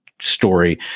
story